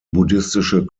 buddhistische